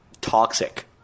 toxic